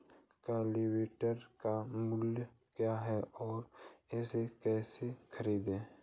Cultivator का मूल्य क्या है और इसे कैसे खरीदें?